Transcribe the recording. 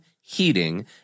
heating